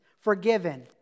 forgiven